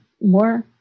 more